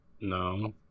No